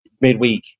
Midweek